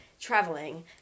traveling